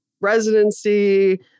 residency